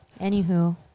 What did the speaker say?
Anywho